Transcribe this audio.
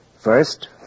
First